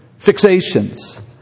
fixations